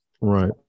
Right